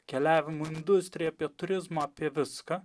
keliavimo industriją apie turizmą apie viską